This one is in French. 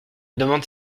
demande